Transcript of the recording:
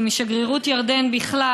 עם שגרירות ירדן בכלל,